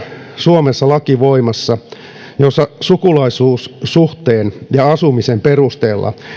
suomessa voimassa laki jossa sukulaisuussuhteen ja asumisen perusteella